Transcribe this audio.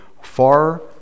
far